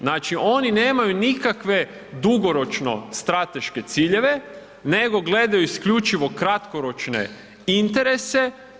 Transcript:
Znači oni nemaju nikakve dugoročno strateške ciljeve nego gledaju isključivo kratkoročne interese.